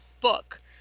book